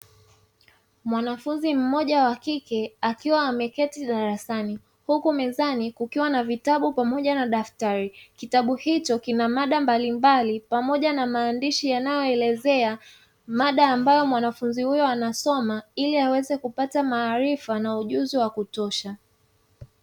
Mwanafunzi mmoja wakike akiwa ameketi darasani huku mezani kukiwa na vitabu pamoja na daftari , kitabu hicho kina mada mbalimbali pamoja na maandishi yanayo elezea mada ambayo mwanafunzi huyo anasoma, ili aweze kupata maarifa na ujuzi wa kutosha.